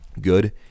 Good